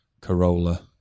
Corolla